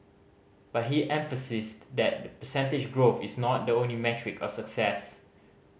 but he emphasised that percentage growth is not the only metric of success